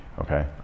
okay